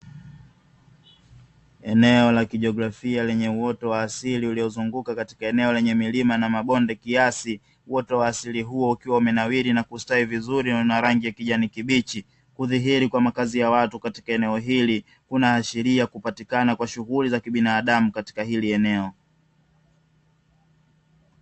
Eneo la kijiografia lenye uoto wa asili uliozunguka katika eneo lenye milima na mabonde kiasi, uoto wa asili huo ukiwa umenawiri na kustawi vizuri na rangi ya kijani kibichi. Kudhihiri kwa makazi ya watu katika eneo hili, kunaashiria kupatikana kwa shughuli za kibinadamu katika hili eneo.